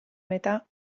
metà